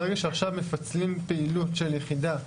ברגע שעכשיו מפצלים פעילות של יחידה,